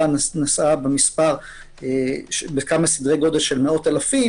דיברה על כמה סדרי גודל של מאות-אלפים